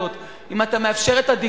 אם אתה מאפשר את ההשתקה הזאת,